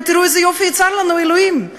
ותראו איזה יופי יצר לנו אלוהים.